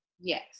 Yes